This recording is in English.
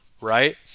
right